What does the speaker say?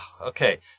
okay